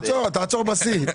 עזוב תעצור בשיא,